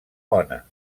bona